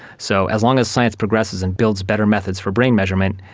so as long as science progresses and builds better methods for brain measurement,